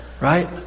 right